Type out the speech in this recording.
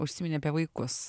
užsiminė apie vaikus